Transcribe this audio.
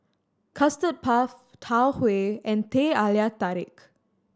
Custard Puff Tau Huay and Teh Halia Tarik